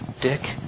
Dick